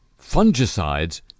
fungicides